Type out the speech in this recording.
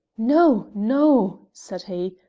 no! no! said he,